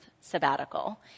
sabbatical